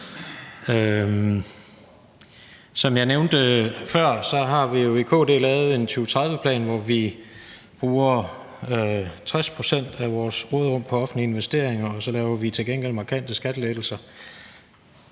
Som jeg nævnte før, har vi jo i KD lavet en 2030-plan, hvor vi bruger 60 pct. af vores råderum på offentlige investeringer, og så laver vi til gengæld markante skattelettelser